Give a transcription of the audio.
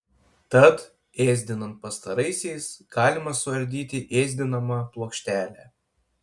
tad ėsdinant pastaraisiais galima suardyti ėsdinamą plokštelę